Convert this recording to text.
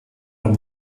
rhan